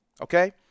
Okay